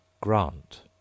Grant